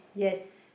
yes